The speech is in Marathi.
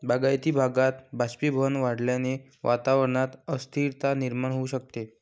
बागायती भागात बाष्पीभवन वाढल्याने वातावरणात अस्थिरता निर्माण होऊ शकते